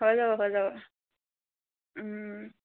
হৈ যাব হৈ যাব